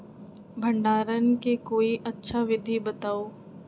भंडारण के कोई अच्छा विधि बताउ?